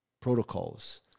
protocols